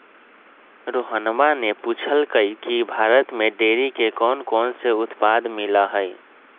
रोहणवा ने पूछल कई की भारत में डेयरी के कौनकौन से उत्पाद मिला हई?